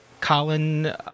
Colin